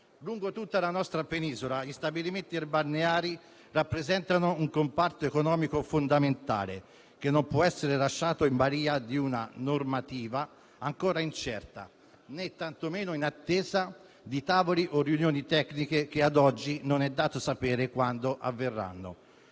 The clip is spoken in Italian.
Lungo tutta la nostra Penisola gli stabilimenti balneari rappresentano un comparto economico fondamentale, che non può essere lasciato in balia di una normativa ancora incerta, né tantomeno in attesa di tavoli o riunioni tecniche che ad oggi non è dato sapere quando avverranno.